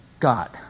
God